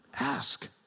Ask